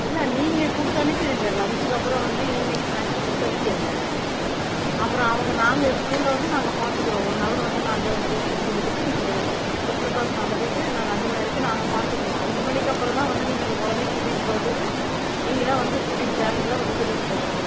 இல்லை நீங்கள் கொடுத்து அனுப்பிருங்க லன்ச்சுக்கு அப்புறம் வந்து ஈவினிங் ஸ்நாக்ஸு கொடுத்து அனுப்பிருங்க அப்பறம் அவங்க நாங்கள் ஸ்கூலில் வந்து நாங்கள் பார்த்துக்குறோம் ஒன்னவர் வந்து நாங்கள் கோச்சிங் கொடுத்துட்டு நாங்கள் ஸ்பெஷல் கிளாஸ் நடத்திவிட்டு நாங்கள் அஞ்சு மணி வரைக்கும் நாங்கள் பார்த்துக்குவோம் அஞ்சு மணிக்கு அப்புறம் தான் வந்து நீங்கள் இந்த குழந்தைய கூட்டிகிட்டு போகறதுக்கு நீங்கள் தான் வந்து கூட்டிகிட்டு பேரண்ட்டு தான் வந்து கூட்டிகிட்டு போகணும்